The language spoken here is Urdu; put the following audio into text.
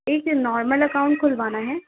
ایک نارمل اکاؤنٹ کھلوانا ہے